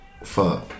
Fuck